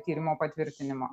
tyrimo patvirtinimo